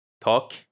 talk